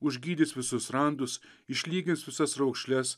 užgydys visus randus išlygins visas raukšles